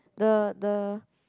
the the